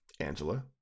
Angela